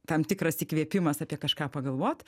tam tikras įkvėpimas apie kažką pagalvot